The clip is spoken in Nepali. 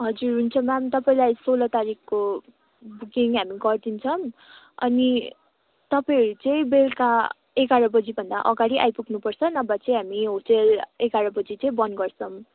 हजुर हुन्छ म्याम तपाईँलाई सोह्र तारिकको बुकिङ हामी गरिदिन्छौँ अनि तपाईँहरू चाहिँ बेलुका एघार बजीभन्दा अगाडि आइपुग्नु पर्छ नभए चाहिँ हामी होटल एघार बजी चाहिँ बन्द गर्छौँ